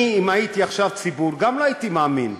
אני, אם הייתי עכשיו ציבור, גם לא הייתי מאמין.